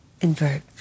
invert